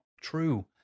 true